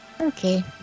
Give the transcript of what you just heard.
okay